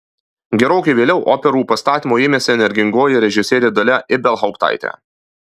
gerokai vėliau operų pastatymų ėmėsi energingoji režisierė dalia ibelhauptaitė